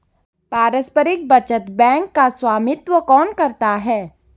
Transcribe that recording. पारस्परिक बचत बैंक का स्वामित्व कौन करता है?